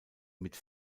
mit